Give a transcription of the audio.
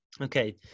okay